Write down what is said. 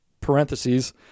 parentheses